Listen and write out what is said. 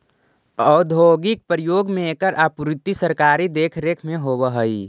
औद्योगिक प्रयोग में एकर आपूर्ति सरकारी देखरेख में होवऽ हइ